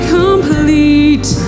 complete